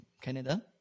Canada